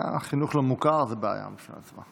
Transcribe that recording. החינוך הלא-מוכר, זו בעיה בפני עצמה.